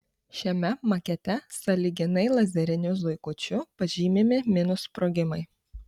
šiame makete sąlyginai lazeriniu zuikučiu pažymimi minų sprogimai